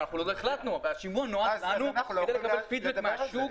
עוד לא החלטנו אבל השימוע נועד כדי לקבל פידבק מהשוק,